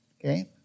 Okay